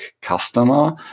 customer